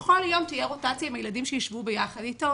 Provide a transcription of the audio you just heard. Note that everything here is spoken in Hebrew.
בכל יום תהיה רוטציה עם הילדים שישבו ביחד איתו.